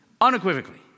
Unequivocally